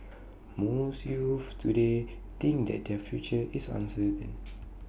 most youths today think that their future is uncertain